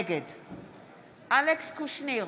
נגד אלכס קושניר,